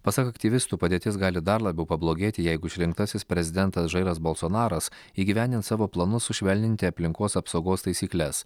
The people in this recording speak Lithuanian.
pasak aktyvistų padėtis gali dar labiau pablogėti jeigu išrinktasis prezidentas žairas bolsonaras įgyvendins savo planus sušvelninti aplinkos apsaugos taisykles